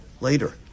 later